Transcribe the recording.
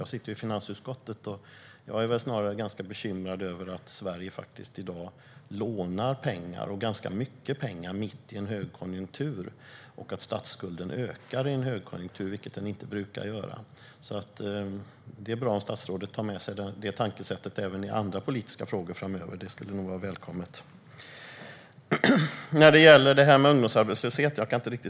Jag sitter i finansutskottet, och jag är snarare ganska bekymrad över att Sverige i dag lånar pengar - ganska mycket pengar - mitt i en högkonjunktur och att statsskulden ökar i en högkonjunktur, vilket den inte brukar göra. Det är bra om statsrådet tar med sig detta tankesätt även i andra politiska frågor framöver. Det skulle vara välkommet. Jag kan inte riktigt släppa det här med ungdomsarbetslösheten.